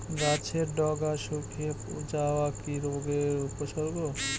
গাছের ডগা শুকিয়ে যাওয়া কি রোগের উপসর্গ?